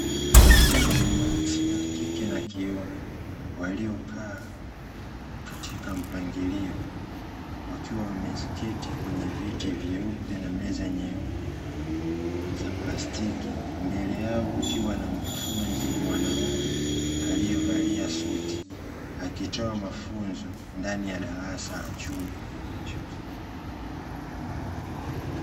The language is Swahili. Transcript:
Wanafunzi wa jinsia ya kike na kiume waliokaa katika mpangilio, wakiwa wameketi kwenye viti vyeupe na meza nyeupe za plastiki, mbele yao kukiwa na mkufunzi mwanaume aliyevalia suti, akitoa mafunzo ndani ya darasa la chuo hicho.